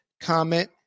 comment